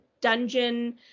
dungeon